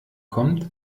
kommt